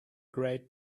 great